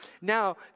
Now